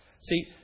See